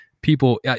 People